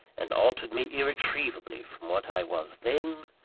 and altered me irretrievably from what i was then,